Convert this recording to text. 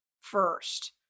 first